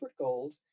Gold